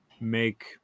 make –